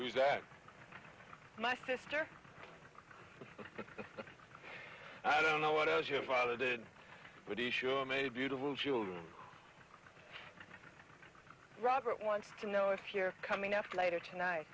is that my sister i don't know what it was your father did but he sure made beautiful robert wants to know if you're coming up later tonight